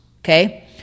okay